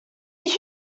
you